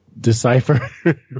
decipher